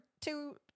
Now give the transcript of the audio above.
two